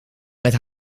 met